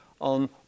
on